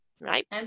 right